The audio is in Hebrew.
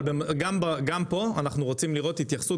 אבל גם פה אנחנו רוצים לראות התייחסות